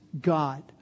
God